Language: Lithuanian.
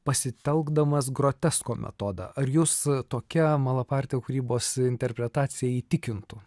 pasitelkdamas grotesko metodą ar jūs tokia malaparti kūrybos interpretacija įtikintų